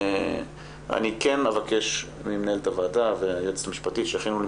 אני כן אבקש ממנהלת הוועדה והיועצת המשפטית שיכינו לי